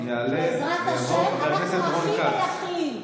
בעזרת השם, אנחנו הכי מייחלים.